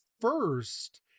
first